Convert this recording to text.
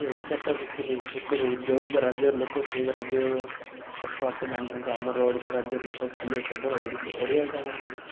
ତ ଏଇ ଚାରିଟା ଭାଷାରୁ ଭିତରୁ ଯେଉଁ ବା ରାଜ୍ୟର ଲୋକ ସେଇ ରାଜ୍ୟ କଥାବାର୍ତ୍ତା ଜାଣିଥାନ୍ତି ଆମର ଓଡ଼ିଶା ରାଜ୍ୟର ଲୋକ ଖାଲି କେବଳ ଓଡ଼ିଶା ଓଡ଼ିଆ ଜାଣନ୍ତି